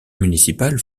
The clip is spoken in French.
municipales